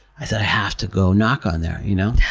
i so have to go knock on there, you know?